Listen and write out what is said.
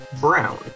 brown